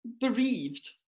Bereaved